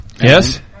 Yes